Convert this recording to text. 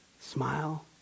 Smile